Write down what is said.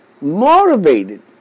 motivated